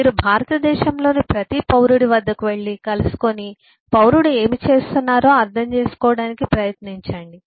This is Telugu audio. మీరు భారతదేశంలోని ప్రతి పౌరుడి వద్దకు వెళ్లి కలుసుకుని పౌరుడు ఏమి చేస్తున్నారో అర్థం చేసుకోవడానికి ప్రయత్నించండి